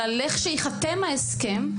אלא לכשייחתם ההסכם,